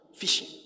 fishing